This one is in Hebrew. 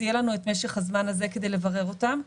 אז יהיה לנו את משך הזמן הזה כדי לברר אותם.